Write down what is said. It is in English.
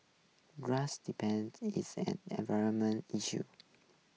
grass depends is an environmental issue